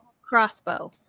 crossbow